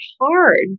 hard